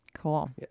Cool